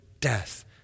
death